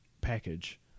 package